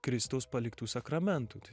kristaus paliktų sakramentų tai